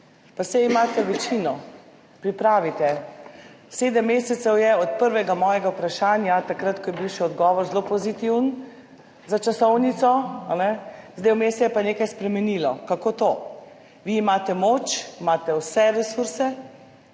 Pa saj imate večino, pripravite. Sedem mesecev je od mojega prvega vprašanja, takrat, ko je bil še odgovor zelo pozitiven za časovnico, zdaj vmes se je pa nekaj spremenilo. Kako to? Vi imate moč, imate vse resurse,